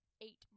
eight